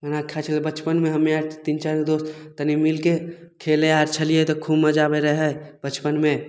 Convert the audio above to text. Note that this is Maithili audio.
बनाके खाइ छलियै बचपनमे हम्मे आर तीन चारिगो दोस्त तनी मिलिके फेर खेलय आर छलियै तऽ खूब मजा आबय रहय बचपनमे